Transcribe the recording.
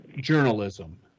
journalism